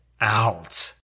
out